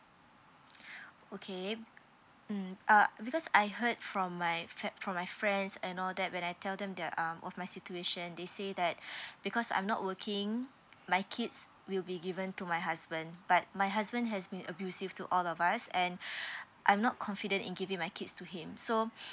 okay mm uh because I heard from my fri~ from my friends and all that when I tell them they' are of my situation they say that because I'm not working my kids will be given to my husband but my husband has been abusive to all of us and I'm not confident in giving my kids to him so